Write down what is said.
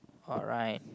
alright